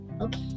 Okay